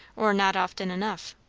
or not often enough.